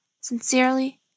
Sincerely